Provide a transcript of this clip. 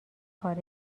خارج